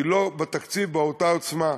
שהיא לא בתקציב באותה עוצמה,